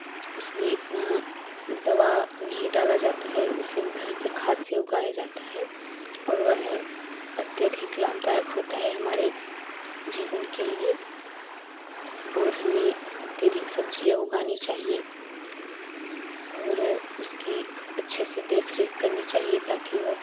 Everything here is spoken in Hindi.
उसमें इतना दवा नहीं डाला जाता है उसे घर के खाद से उगाया जाता है और वह अत्यधिक लाभदायक होता है हमारे जीवन के लिए और हमें अत्यधिक सब्ज़ियाँ उगानी चाहिए और उसकी अच्छे से देख रेख करनी चाहिए ताकि वे